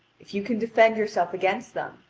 if you can defend yourself against them,